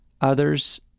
others